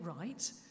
right